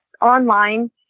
online